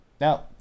Now